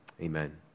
amen